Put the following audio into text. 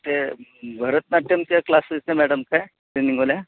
ते भरतनाट्यमच्या क्लासेसच्या मॅडम काय ट्रेनिंगवाल्या